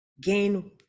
gain